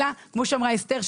אלא כמו שאמרה אסתר,